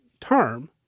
term